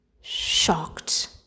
shocked